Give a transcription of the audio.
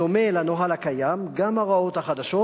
בדומה לנוהל הקיים, גם ההוראות החדשות